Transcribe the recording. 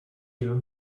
you